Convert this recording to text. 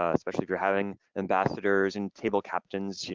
especially if you're having ambassadors and table captains, yeah